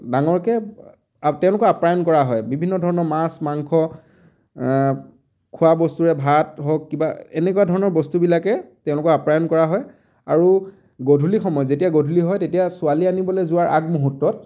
ডাঙৰকৈ আপ তেওঁলোকক আপ্যায়ন কৰা বিভিন্ন ধৰণৰ মাছ মাংস খোৱা বস্তুৰে ভাত হওক কিবা এনেকুৱা ধৰণৰ বস্তুবিলাকে তেওঁলোকৰ আপ্যায়ন কৰা হয় আৰু গধূলি সময়ত যেতিয়া গধূলি হয় তেতিয়া ছোৱালী আনিবলৈ যোৱাৰ আগমুহূৰ্তত